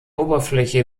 oberfläche